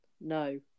No